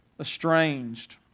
estranged